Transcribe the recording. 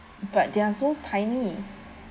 but they are so tiny